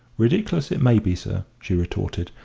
ridicklous it may be, sir, she retorted,